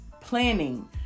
planning